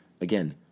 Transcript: Again